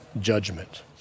judgment